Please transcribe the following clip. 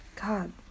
God